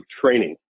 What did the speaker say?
training